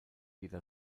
jeder